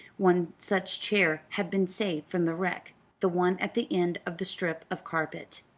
one such chair had been saved from the wreck the one at the end of the strip of carpet.